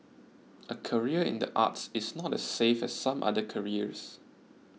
a career in the arts is not as safe as some other careers